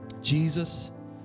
Jesus